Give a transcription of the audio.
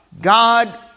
God